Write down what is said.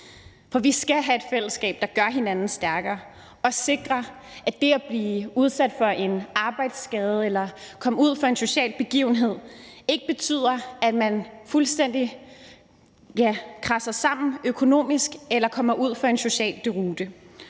For vi skal have et fællesskab, der gør hinanden stærkere og sikrer, at det at blive udsat for en arbejdsskade eller komme ud for en social begivenhed ikke betyder, at man fuldstændig, ja, braser sammen økonomisk eller kommer ud for en social deroute.